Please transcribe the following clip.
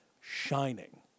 shining